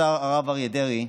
השר הרב אריה דרעי,